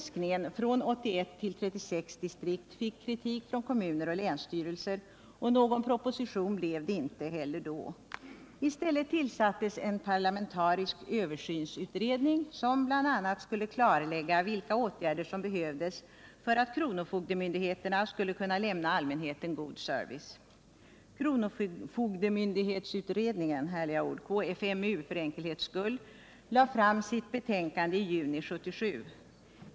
| stället tillsattes en parlamentarisk översynsutredning, som bl.a. skulle Onsdagen den klarlägga vilka åtgärder som behövdes för att kronofogdemyndigheterna 26 april 1978 skulle kunna lämna allmänheten god service. Kronofogdemyndighetsutredningen — KFMU, för enkelhetens skull —-lade fram sitt betänkande i juni 1977.